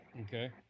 Okay